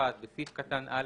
(1)בסעיף קטן (א),